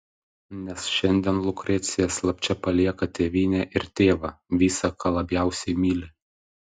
nes šiandien lukrecija slapčia palieka tėvynę ir tėvą visa ką labiausiai myli